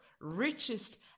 richest